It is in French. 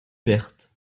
verte